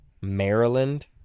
Maryland